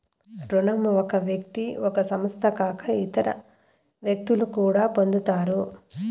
రుణం ఒక వ్యక్తి ఒక సంస్థ కాక ఇతర వ్యక్తులు కూడా పొందుతారు